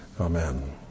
Amen